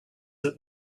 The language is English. that